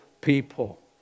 people